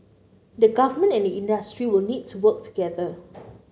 the government and the industry will need to work together